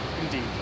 indeed